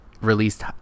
released